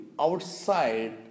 outside